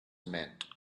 meant